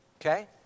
Okay